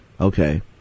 Okay